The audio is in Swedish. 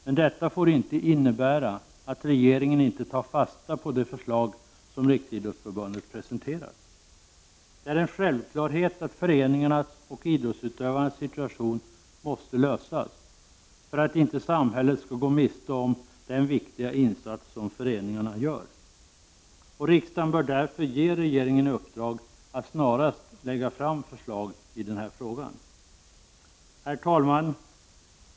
Men detta får inte innebära att regeringen inte tar fasta på de förslag som Riksidrottsförbundet presenterat. Det är en självklarhet att föreningarnas och idrottsutövarnas situation måste lösas för att samhället inte skall gå miste om den viktiga insats som föreningarna gör. Riksdagen bör därför ge regeringen i uppdrag att snarast lägga fram förslag i frågan. Herr talman!